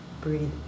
Breathe